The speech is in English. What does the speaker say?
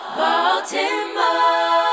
Baltimore